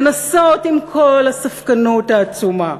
לנסות, עם כל הספקנות העצומה,